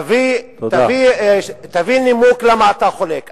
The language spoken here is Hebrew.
תביא נימוק למה אתה חולק.